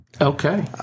Okay